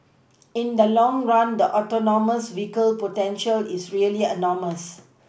in the long run the Autonomous vehicles potential is really enormous